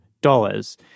dollars